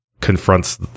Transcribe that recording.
confronts